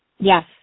Yes